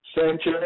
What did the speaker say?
Sanchez